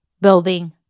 building